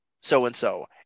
so-and-so